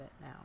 now